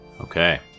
Okay